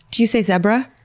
do you say zebra?